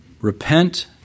Repent